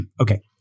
okay